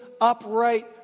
upright